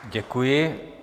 Děkuji.